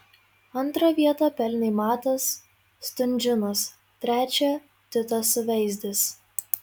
antrą vietą pelnė matas stunžinas trečią titas suveizdis